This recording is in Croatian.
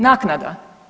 Naknada.